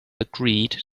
agreed